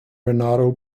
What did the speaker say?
renato